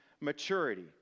maturity